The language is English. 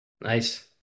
Nice